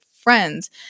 friends